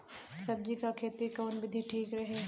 सब्जी क खेती कऊन विधि ठीक रही?